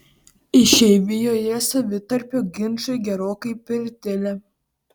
išeivijoje savitarpio ginčai gerokai pritilę